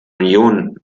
union